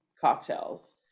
cocktails